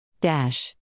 Dash